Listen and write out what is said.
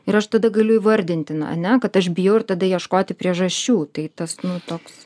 ir aš tada galiu įvardinti na ane kad aš bijau ir tada ieškoti priežasčių tai tas nu toks